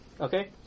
Okay